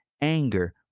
anger